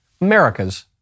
America's